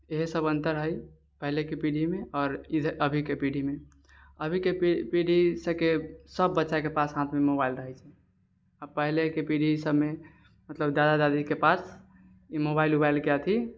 एहि सब अन्तर है पहिलेके पीढ़ीमे आओर अभीके पीढ़ीमे अभीके पीढ़ी सबके सब बच्चाके पास हाथमे मोबाइल रहै छै अऽ पहिलेके पीढ़ी सभमे मतलब दादा दादीके पास ई मोबाइल उबाइलके अथि